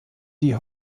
die